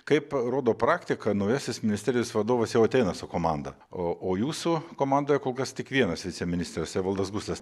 kaip rodo praktika naujasis ministerijos vadovas jau ateina su komanda o o jūsų komandoje kol kas tik vienas viceministras evaldas gustas